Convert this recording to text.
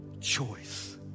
choice